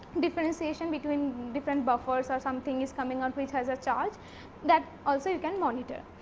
differentiation between different buffers or something is coming on which has a charge that also you can monitor.